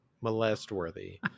molest-worthy